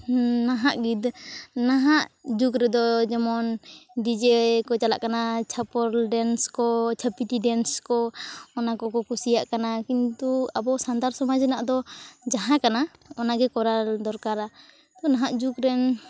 ᱱᱟᱦᱟᱜ ᱱᱟᱦᱟᱜ ᱡᱩᱜᱽ ᱨᱮᱫᱚ ᱡᱮᱢᱚᱱ ᱰᱤᱡᱮ ᱠᱚ ᱪᱟᱞᱟᱜ ᱠᱟᱱᱟ ᱪᱷᱟᱯᱚᱞ ᱰᱮᱱᱥᱠᱚ ᱪᱷᱟᱹᱯᱤᱛᱤ ᱫᱮᱱᱥ ᱠᱚ ᱚᱱᱟ ᱠᱚᱠᱚ ᱠᱩᱥᱤᱭᱟᱜ ᱠᱟᱱᱟ ᱠᱤᱱᱛᱩ ᱟᱵᱚ ᱥᱟᱱᱛᱟᱲ ᱥᱚᱢᱟᱡᱽ ᱨᱮᱱᱟᱜ ᱫᱚ ᱡᱟᱦᱟᱸ ᱠᱟᱱᱟ ᱚᱱᱟᱜᱮ ᱠᱚᱨᱟᱣ ᱫᱚᱨᱠᱟᱨᱟ ᱱᱟᱦᱟᱜ ᱡᱩᱜᱽᱨᱮᱱ